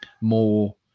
more